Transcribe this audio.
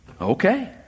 Okay